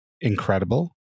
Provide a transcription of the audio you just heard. incredible